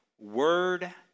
word